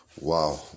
Wow